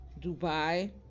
Dubai